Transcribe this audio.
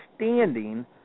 understanding